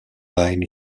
line